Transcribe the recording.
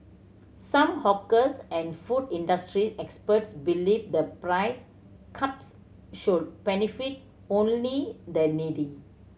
some hawkers and food industry experts believe the price caps should benefit only the needy